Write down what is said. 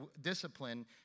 discipline